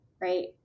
right